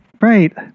Right